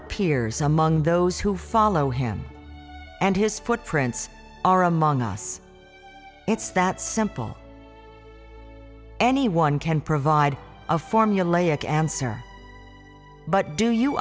appears among those who follow him and his footprints are among us it's that simple anyone can provide a formulaic answer but do you